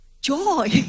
joy